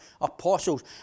apostles